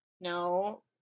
No